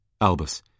Albus